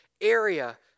area